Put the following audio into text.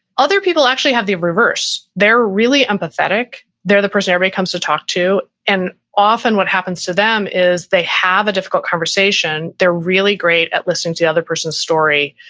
other people actually have the reverse. they're really empathetic. they're the person everybody but comes to talk to. and often what happens to them is they have a difficult conversation. they're really great at listening to the other person's story,